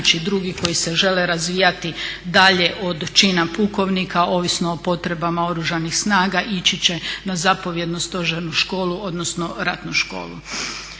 znači drugi koji se žele razvijati dalje od čina pukovnika ovisno o potrebama Oružanih snaga ići će na zapovjedno-stožernu školu, odnosno ratnu školu.